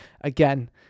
Again